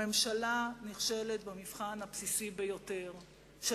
הממשלה נכשלת במבחן הבסיסי ביותר של